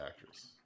actress